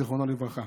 זכרונו לברכה.